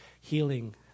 healing